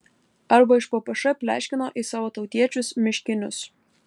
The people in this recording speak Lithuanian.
arba iš ppš pleškino į savo tautiečius miškinius